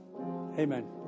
Amen